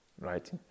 right